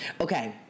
Okay